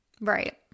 Right